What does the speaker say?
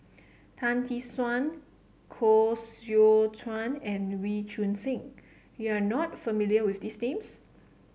Tan Tee Suan Koh Seow Chuan and Wee Choon Seng you are not familiar with these names